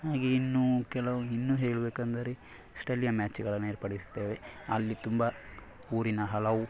ಇನ್ನು ಕೆಲವು ಇನ್ನು ಹೇಳಬೇಕಂದರೆ ಸ್ಥಳೀಯ ಮ್ಯಾಚ್ಗಳನ್ನು ಏರ್ಪಡಿಸ್ತೇವೆ ಅಲ್ಲಿ ತುಂಬ ಊರಿನ ಹಲವು